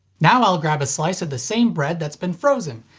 now i'll grab a slice of the same bread that's been frozen.